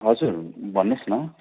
हजुर भन्नुहोस् न